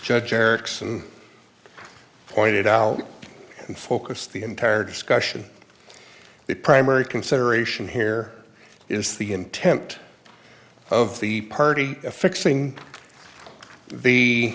judge erickson pointed out and focus the entire discussion the primary consideration here is the intent of the party affixing the